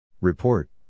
Report